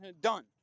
done